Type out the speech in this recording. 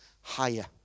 higher